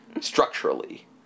structurally